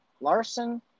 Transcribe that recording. Larson